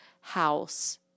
house